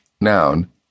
noun